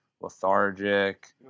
lethargic